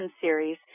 series